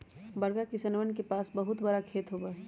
बड़का किसनवन के पास बहुत बड़ा खेत होबा हई